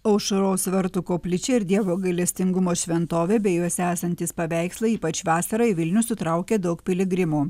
aušros vartų koplyčia ir dievo gailestingumo šventovė bei juose esantys paveikslai ypač vasarą į vilnių sutraukia daug piligrimų